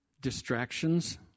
distractions